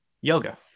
Yoga